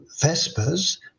Vespers